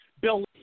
Bill